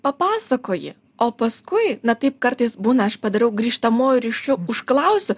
papasakoji o paskui na taip kartais būna aš padariau grįžtamuoju ryšu užklausiu